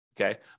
Okay